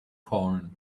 corn